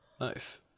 nice